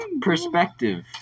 Perspective